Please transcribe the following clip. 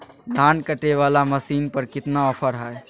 धान कटे बाला मसीन पर कितना ऑफर हाय?